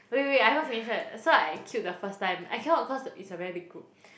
wait wait wait I haven't finish yet so I queued the first time I cannot cause it's a very big group